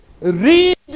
Read